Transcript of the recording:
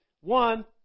One